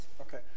Okay